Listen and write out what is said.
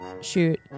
shoot